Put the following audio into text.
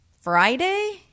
Friday